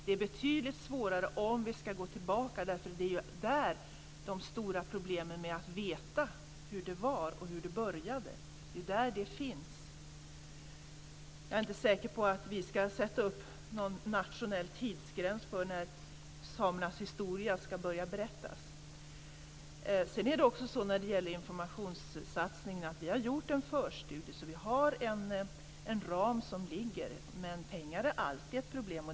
Det är betydligt svårare om vi ska gå tillbaka, eftersom de stora problemen med att veta hur det var och hur det började finns där. Jag är inte säker på att vi ska sätta upp någon nationell tidsgräns för när samernas historia ska börja berättas. När det gäller informationssatsningen har vi gjort en förstudie, så vi har en ram. Men pengar är alltid ett problem.